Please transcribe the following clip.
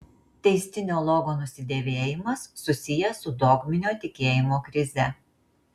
teistinio logo nusidėvėjimas susijęs su dogminio tikėjimo krize